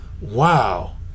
wow